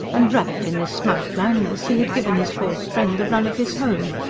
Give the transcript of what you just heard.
and wrapped in this smug blindness he had given his false friend the run of his home,